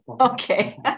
Okay